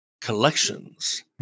Collections